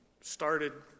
started